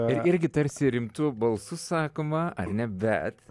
ir irgi tarsi rimtu balsu sakoma ar ne bet